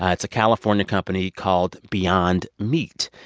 ah it's a california company called beyond meat.